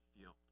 field